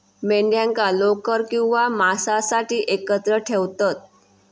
मेंढ्यांका लोकर किंवा मांसासाठी एकत्र ठेवतत